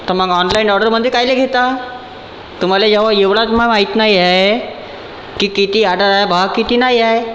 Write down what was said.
तर मग online order म्हणजे कायले घेता तुम्हाला जेव्हा एवढंच मग माहीत नाही आहे की किती ऑर्डर आहे बा किती नाही आहे